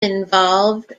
involved